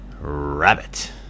rabbit